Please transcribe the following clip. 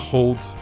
Hold